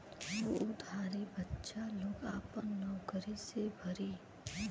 उ उधारी बच्चा लोग आपन नउकरी से भरी